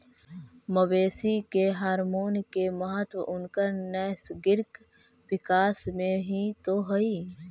मवेशी के हॉरमोन के महत्त्व उनकर नैसर्गिक विकास में हीं तो हई